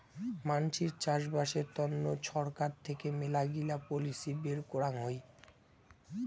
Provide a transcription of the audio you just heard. মানসির চাষবাসের তন্ন ছরকার থেকে মেলাগিলা পলিসি বের করাং হই